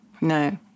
No